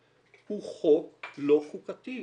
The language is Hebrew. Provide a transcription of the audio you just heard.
הוא חוק לא חוקתי,